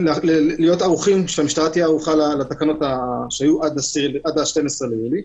שהמשטרה תהיה ערוכה לתקנות שהיו עד ה-12 ביולי.